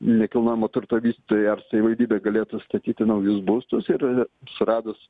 nekilnojamo turto vystytojai ar savivaldybė galėtų statyti naujus būstus ir suradus